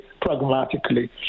pragmatically